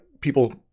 people